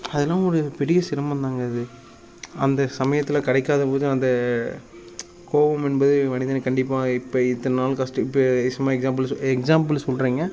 அதெலாம் ஒரு பெரிய சிரமம் தாங்க அது அந்த சமயத்தில் கிடைக்காத போது அந்த கோவம் என்பது மனிதனுக்கு கண்டிப்பாக இப்போ இத்தனை நாள் கஷ்ட இப்போ சும்மா எக்ஸாம்பிள் சொ எக்ஸாம்பிள் சொல்லுறேங்க